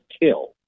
kill